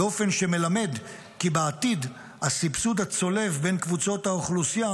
באופן שמלמד כי בעתיד הסבסוד הצולב בין קבוצות האוכלוסייה